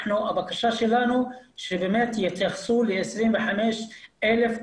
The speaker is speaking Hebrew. הבקשה שלנו שהתייחסו ל-25 אלף תושבים.